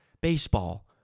baseball